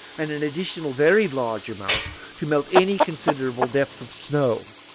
and an additional very large amount to melt any considerable depth of snow.